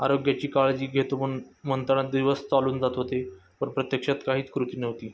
आरोग्याची काळजी घेतो म्हण म्हणताना दिवस चालून जात होते पण प्रत्यक्षात काहीच कृती नव्हती